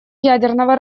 ядерного